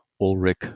Ulrich